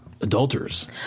adulterers